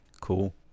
cool